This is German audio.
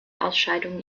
ausscheidungen